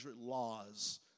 laws